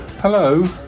Hello